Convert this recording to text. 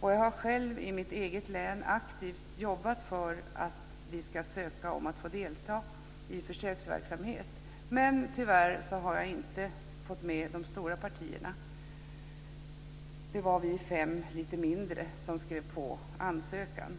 och jag har själv i mitt eget län aktivt jobbat för att vi ska ansöka om att få delta i försöksverksamhet. Tyvärr har jag inte fått med mig de stora partierna. Det var vi fem lite mindre som skrev på ansökan.